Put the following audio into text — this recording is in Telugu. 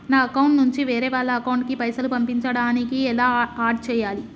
నా అకౌంట్ నుంచి వేరే వాళ్ల అకౌంట్ కి పైసలు పంపించడానికి ఎలా ఆడ్ చేయాలి?